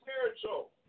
spiritual